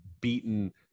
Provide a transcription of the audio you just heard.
beaten